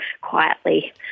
quietly